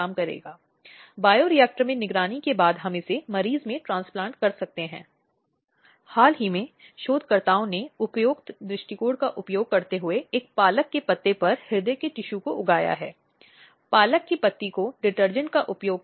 तो पहले है संरक्षण आदेश जिसकी धारा 18 में बात की जाती है अब संरक्षण आदेश को हिंसा रोकथाम आदेश के रूप में भी संदर्भित किया जाता है